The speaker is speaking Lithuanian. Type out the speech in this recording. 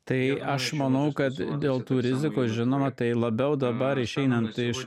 tai aš manau kad dėl tų rizikos žinoma tai labiau dabar išeina iš